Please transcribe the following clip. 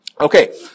okay